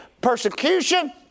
persecution